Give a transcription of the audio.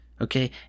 Okay